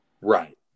Right